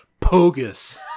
Pogus